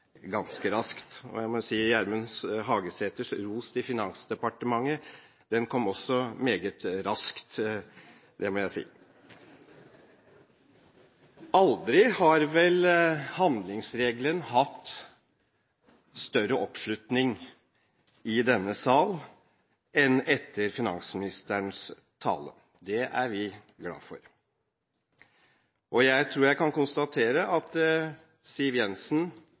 ganske raskt, og jeg må si at Gjermund Hagesæters ros til Finansdepartementet også kom meget raskt. Aldri har vel handlingsregelen hatt større oppslutning i denne sal enn etter finansministerens tale. Det er vi glad for. Jeg tror jeg kan konstatere at Siv Jensen